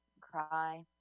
cry